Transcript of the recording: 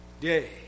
day